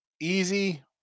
Easy